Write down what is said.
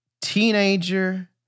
teenager